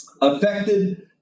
Affected